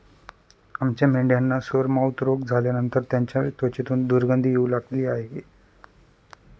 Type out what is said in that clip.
आमच्या मेंढ्यांना सोरमाउथ रोग झाल्यानंतर त्यांच्या त्वचेतून दुर्गंधी येऊ लागली आहे